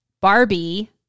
barbie